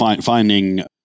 finding